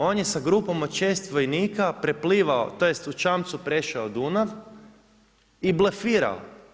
On je sa gripom od 6 vojnika preplivao, tj. u čamcu prešao Dunav i blefirao.